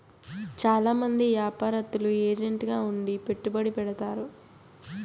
చాలా మంది యాపారత్తులు ఏజెంట్ గా ఉండి పెట్టుబడి పెడతారు